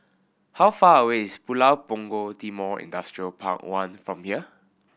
how far away is Pulau Punggol Timor Industrial Park One from here